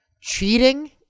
cheating